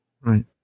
Right